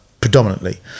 predominantly